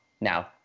now